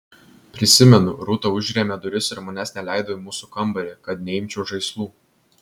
prisimenu rūta užrėmė duris ir manęs neleido į mūsų kambarį kad neimčiau žaislų